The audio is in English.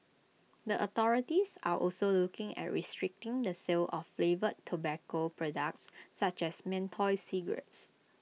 the authorities are also looking at restricting the sale of flavoured tobacco products such as menthol cigarettes